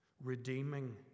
redeeming